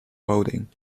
loading